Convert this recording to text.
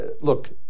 Look